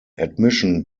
admission